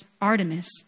Artemis